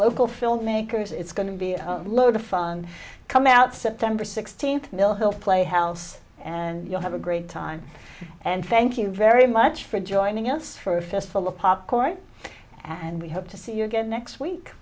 local filmmakers it's going to be a lot of fun come out september sixteenth millville playhouse and you'll have a great time and thank you very much for joining us for a fistful of popcorn and we hope to see you again next week